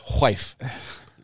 wife